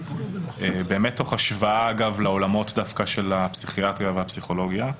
באמת תוך השוואה לעולמות של הפסיכיאטריה והפסיכולוגיה.